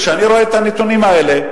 וכשאני רואה את הנתונים האלה,